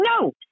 no